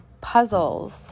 Puzzles